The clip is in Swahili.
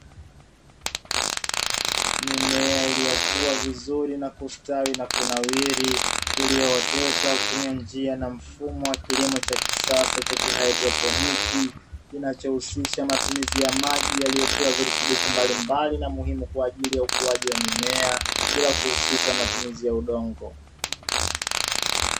Mimea iliyokuwa vizuri na kustawi na kunawiri, iliyooteshwa kwa kutumia njia na mfumo wa kilimo cha kisasa cha kihaidroponi, kinachohusisha matumizi ya maji yaliyowekewa virutubisho mbalimbali muhimu kwa ajili ya ukuaji wa mimea bila kuhusisha matumizi ya udongo.